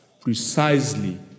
precisely